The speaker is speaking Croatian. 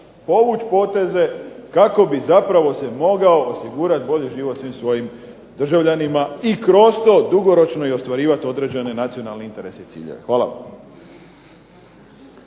povući poteze kako bi se mogao osigurati bolji život svim svojim državljanima i kroz to dugoročno ostvarivati svoje nacionalne ciljeve i interese. Hvala